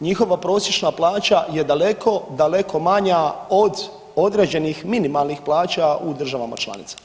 Njihova prosječna plaća je daleko, daleko manja od određenih minimalnih plaća u državama članica.